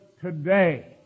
today